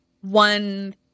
one